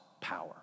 power